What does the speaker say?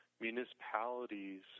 municipalities